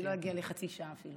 אני לא אגיע אפילו לחצי שעה.